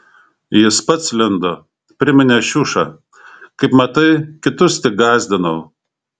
jis pats lindo priminė šiuša kaip matai kitus tik gąsdinau